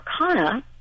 arcana